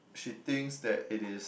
she thinks that it is